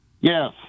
Yes